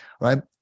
right